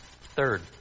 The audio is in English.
Third